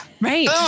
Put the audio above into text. Right